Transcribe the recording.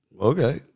okay